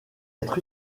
être